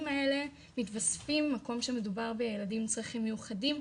האלה מתווספים כשמדובר בילדים עם צרכים מיוחדים,